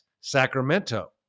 Sacramento